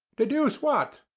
deduce what?